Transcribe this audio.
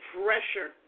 pressure